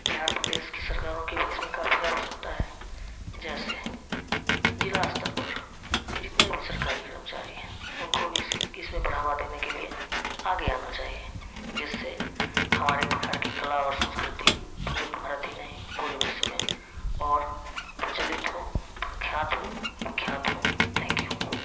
बिहार प्रदेश की सरकारों की भी इसमें काफी आवश्यकता है जैसे जिला स्तर पर जितने भी सरकारी कर्मचारी है उनको भी इसमें बढ़ावा देने के लिए आगे आना चाहिए जिससे हमारे बिहार की कला और संस्कृति पूरे भारत ही नहीं पूरे विश्व में और प्रचलित हो विख्यात हो विख्यात हो थैंक यू